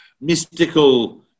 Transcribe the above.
mystical